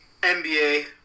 NBA